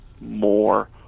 more